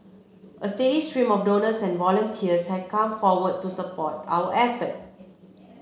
a steady stream of donors and volunteers has come forward to support our effort